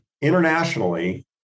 internationally